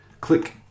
Click